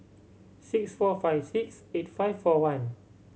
six four five six eight five four one